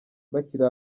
bakiri